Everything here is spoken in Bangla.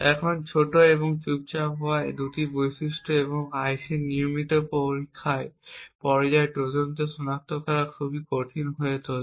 এখন ছোট এবং চুপচাপ হওয়ার এই দুটি বৈশিষ্ট্য একটি IC এর নিয়মিত পরীক্ষার পর্যায়ে ট্রোজানদের সনাক্ত করা খুব কঠিন করে তোলে